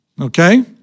Okay